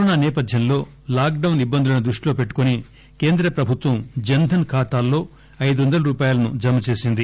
corona సేపథ్వంలో lockdown ఇబ్బందులను దృష్టిలో పెట్టుకుని కేంద్ర ప్రభుత్వం జన్ ధన్ ఖాతాలలో ఐదు వందల రూపాయలు జమ చేసింది